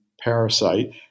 parasite